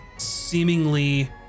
Seemingly